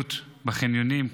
המדיניות בחניונים,